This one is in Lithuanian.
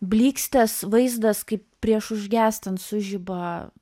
blykstes vaizdas kaip prieš užgęstant sužiba